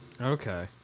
Okay